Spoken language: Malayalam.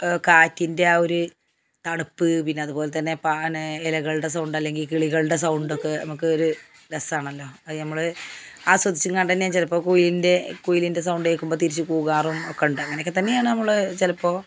കാറ്റിന്റെ ആ ഒരു തണുപ്പ് പിന്നെ അതുപോലെ തന്നെ പാന് ഇലകളുടെ സൗണ്ട് അല്ലെങ്കിൽ കിളികളുടെ സൗണ്ട് ഒക്കെ നമുക്ക് ഒരു രസമാണല്ലോ അത് നമ്മള് ആസ്വദിച്ചുംകണ്ടന്നേയാ ചിലപ്പോള് കുയിലിന്റെ കുയിലിന്റെ സൗണ്ട് കേള്ക്കുമ്പോള് തിരിച്ച് കൂകാറും ഒക്കെയുണ്ട് അങ്ങനെ ഒക്കെ തന്നെയാണ് നമ്മള് ചിലപ്പോള്